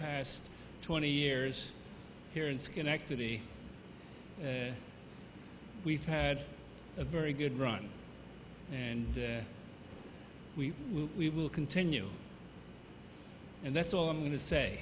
past twenty years here in schenectady and we've had a very good run and we we will continue and that's all i'm going to say